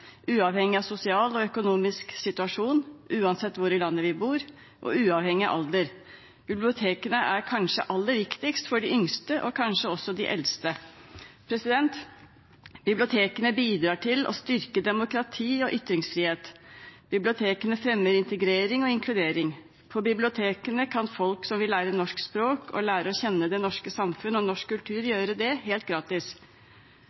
uavhengig av sosial og økonomisk situasjon, uansett hvor i landet vi bor, og uavhengig av alder. Bibliotekene er kanskje aller viktigst for de yngste, og kanskje også de eldste. Bibliotekene bidrar til å styrke demokrati og ytringsfrihet. Bibliotekene fremmer integrering og inkludering. På bibliotekene kan folk som vil lære norsk språk og lære å kjenne det norske samfunn og norsk kultur, gjøre det – helt gratis.